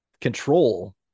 control